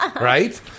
Right